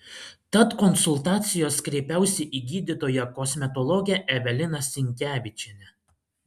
tad konsultacijos kreipiausi į gydytoją kosmetologę eveliną sinkevičienę